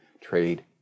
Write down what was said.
trade